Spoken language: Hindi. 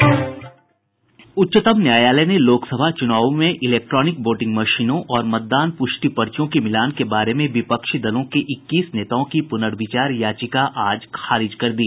उच्चतम न्यायालय ने लोकसभा चुनावों में इलेक्ट्रॉनिक वोटिंग मशीनों और मतदान पुष्टि पर्चियों के मिलान के बारे में विपक्षी दलों के इक्कीस नेताओं की पुनर्विचार याचिका आज खारिज कर दी